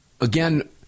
again